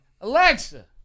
Alexa